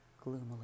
gloomily